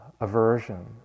aversion